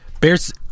Bears